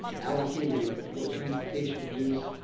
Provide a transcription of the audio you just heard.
allocated for transportation use,